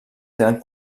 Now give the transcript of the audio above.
tenen